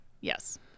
yes